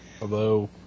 Hello